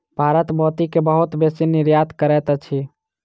भारत मोती के बहुत बेसी निर्यात करैत अछि